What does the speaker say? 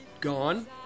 gone